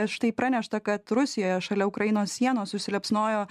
štai pranešta kad rusijoje šalia ukrainos sienos užsiliepsnojo